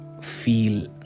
feel